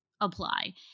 apply